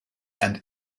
and